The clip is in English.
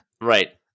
Right